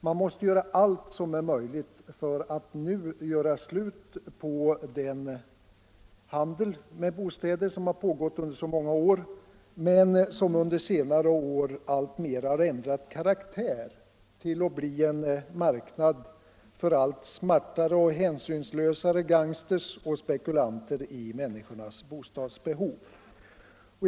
Man måste göra allt som är möjligt för att nu få slut på den handel med bostäder som pågått under så många år men som under senare år alltmer ändrat karaktär och blivit en marknad för allt smartare och hänsynslösare gangstrar och spekulanter i människors bostadsbehov.